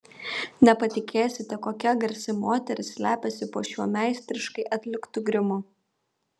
nepatikėsite kokia garsi moteris slepiasi po šiuo meistriškai atliktu grimu